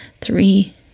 three